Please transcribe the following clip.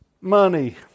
money